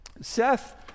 Seth